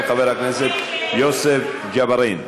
של חבר הכנסת יוסף ג'בארין.